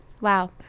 Wow